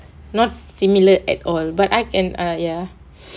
not similar at all but I can ah ya